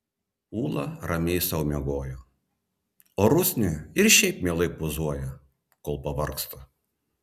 ūla ramiai sau miegojo o rusnė ir šiaip mielai pozuoja kol pavargsta